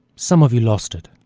some of you lost it.